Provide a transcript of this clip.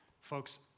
Folks